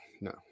no